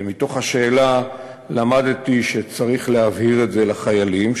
ומתוך השאלה למדתי שצריך להבהיר את זה לחיילים,